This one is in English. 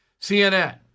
CNN